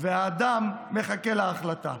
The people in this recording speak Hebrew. והאדם מחכה להחלטה.